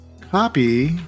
copy